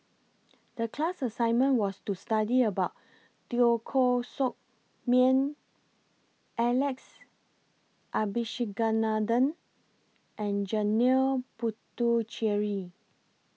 The class assignment was to study about Teo Koh Sock Miang Alex Abisheganaden and Janil Puthucheary